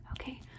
Okay